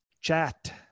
chat